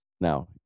now